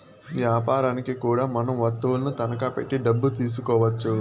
యాపారనికి కూడా మనం వత్తువులను తనఖా పెట్టి డబ్బు తీసుకోవచ్చు